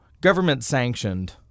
government-sanctioned